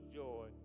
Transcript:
joy